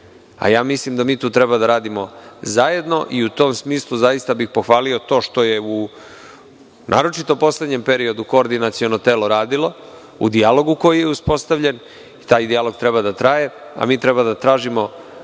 Ja mislim da mi to treba da radimo zajedno i u tom smislu zaista bih pohvalio to što je, naročito u poslednjem periodu, koordinaciono telo radilo, u dijalogu koji je uspostavljen i taj dijalog treba da traje, a mi treba da tražimo